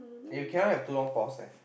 you cannot have too long pause eh